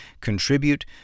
contribute